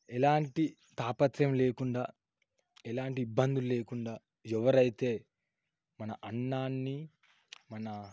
ఎలాంటి తాపత్రం లేకుండా ఎలాంటి ఇబ్బందులు లేకుండా ఎవరైతే మన అన్నాన్ని మన